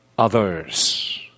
others